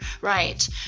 right